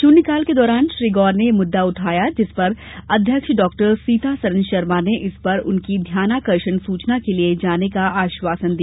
शून्यकाल के दौरान श्री गौर ने यह मुद्दा उठाया जिस पर अध्यक्ष डॉ सीतासरन शर्मा ने इस पर उनकी ध्यानाकर्षण सूचना लिए जाने का आश्वासन दिया